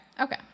okay